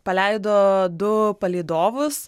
paleido du palydovus